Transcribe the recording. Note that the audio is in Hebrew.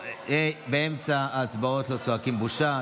באמצע ההצבעות לא צועקים "בושה",